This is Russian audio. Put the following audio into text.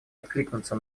откликнуться